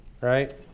right